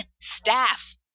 staff